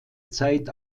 zeit